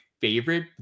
favorite